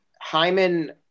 hyman